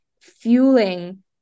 fueling